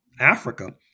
Africa